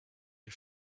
les